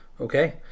Okay